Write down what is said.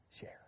share